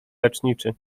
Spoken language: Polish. leczniczy